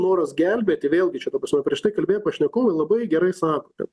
noras gelbėti vėlgi čia ta prasme prieš tai kalbėję pašnekovai labai gerai sako kad